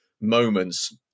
moments